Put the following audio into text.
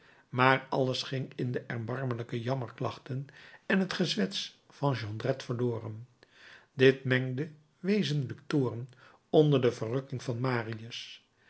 maar alles ging in de erbarmelijke jammerklachten en het gezwets van jondrette verloren dit mengde wezenlijken toorn onder de verrukking van marius